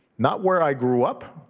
not where i grew up,